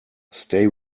stay